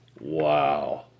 Wow